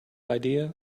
idea